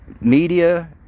media